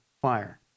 fire